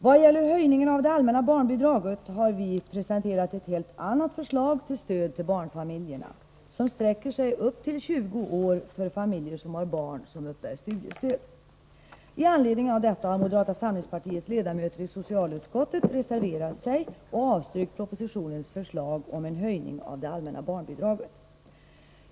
Vad gäller höjningen av det allmänna barnbidraget har vi presenterat ett helt annat förslag till stöd till barnfamiljerna, som sträcker sig upp till 20 år för familjer som har barn som uppbär studiestöd. Med anledning av detta har moderata samlingspartiets ledamöter i socialutskottet reserverat sig och avstyrkt propositionens förslag om en höjning av det allmänna barnbidraget.